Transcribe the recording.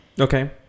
Okay